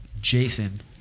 Jason